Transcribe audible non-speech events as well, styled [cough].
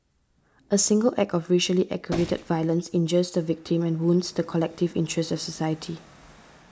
a single act of racially aggravated [noise] violence injures the victim and wounds the collective interests of society